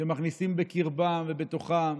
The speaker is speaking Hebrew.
שמכניסים בקרבם ובתוכם